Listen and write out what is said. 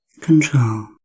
control